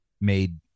made